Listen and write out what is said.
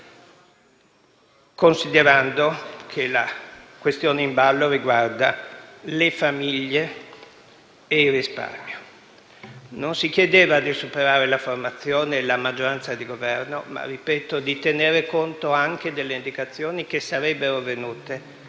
considerando che la questione in ballo riguarda le famiglie e il risparmio. Non si chiedeva di superare la formazione e la maggioranza di Governo, ma - lo ripeto - si chiedeva di tener conto delle indicazioni che sarebbero venute